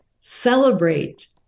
celebrate